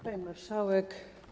Pani Marszałek!